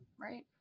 Right